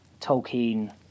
Tolkien